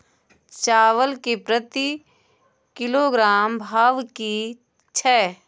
चावल के प्रति किलोग्राम भाव की छै?